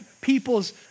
people's